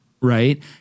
Right